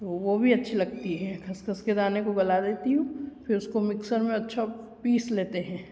वह भी अच्छी लगती है खसखस के दाने को गला लेती हूँ फ़िर उसको मिक्सर में अच्छा पीस लेते हैं